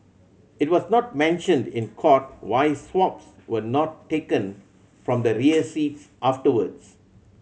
it was not mentioned in court why swabs were not taken from the rear seats afterwards